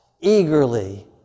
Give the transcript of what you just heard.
Eagerly